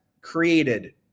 created